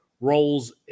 Roles